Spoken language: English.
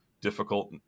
difficult